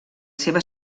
seva